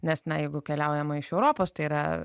nes na jeigu keliaujama iš europos tai yra